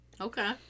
Okay